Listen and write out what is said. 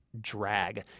drag